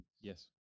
Yes